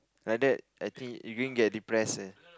like that I think you going to get depressed leh